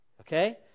Okay